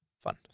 Fun